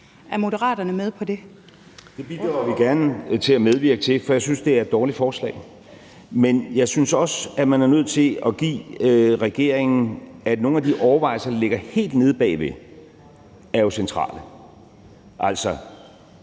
Rasmussen (M): Det bidrager vi gerne til at medvirke til, for jeg synes, det er et dårligt forslag. Men jeg synes også, at man er nødt til at give regeringen, at nogle af de overvejelser, der ligger helt nede bagved, jo er centrale,